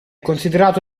considerato